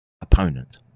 opponent